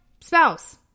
spouse